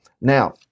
Now